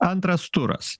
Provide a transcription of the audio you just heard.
antras turas